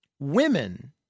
Women